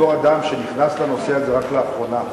בתור אדם שנכנס לנושא הזה רק לאחרונה,